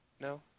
No